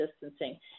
distancing